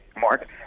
Mark